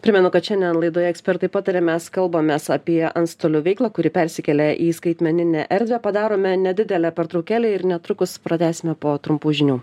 primenu kad šiandien laidoje ekspertai pataria mes kalbamės apie antstolių veiklą kuri persikelia į skaitmeninę erdvę padarome nedidelę pertraukėlę ir netrukus pratęsime po trumpų žinių